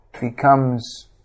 becomes